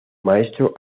maestro